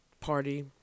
party